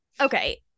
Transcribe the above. Okay